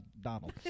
Donald